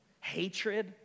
hatred